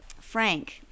Frank